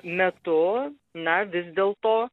metu na vis dėlto